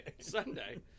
Sunday